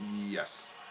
Yes